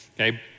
okay